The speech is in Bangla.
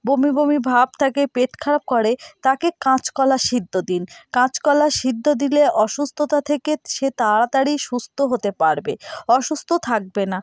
বমি বমি ভাব থাকে পেট খারাপ করে তাকে কাঁচকলা সিদ্ধ দিন কাঁচকলা সিদ্ধ দিলে অসুস্থতা থেকে সে তাড়াতাড়ি সুস্থ হতে পারবে অসুস্থ থাকবে না